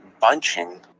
bunching